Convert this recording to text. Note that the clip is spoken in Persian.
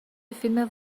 فیلم